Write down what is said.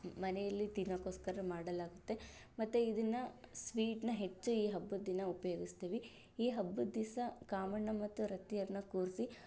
ಮನೆಯಲ್ಲಿ ತಿನ್ನೊಕೋಸ್ಕರ ಮಾಡಲಾಗುತ್ತೆ ಮತ್ತೆ ಇದನ್ನು ಸ್ವೀಟ್ನ ಹೆಚ್ಚು ಈ ಹಬ್ಬದ ದಿನ ಉಪಯೋಗಿಸ್ತೀವಿ ಈ ಹಬ್ಬದ ದಿವಸ ಕಾಮಣ್ಣ ಮತ್ತೆ ರತಿಯರನ್ನು ಕೂರಿಸಿ